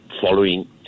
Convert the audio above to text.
following